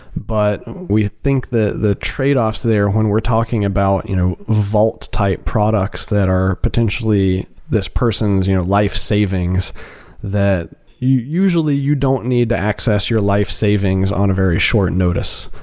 but we think that the trade-offs there, when we're talking about you know vault type products that are potentially this person's you know life savings that usually you don't need to access your life savings on a very short notice.